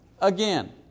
Again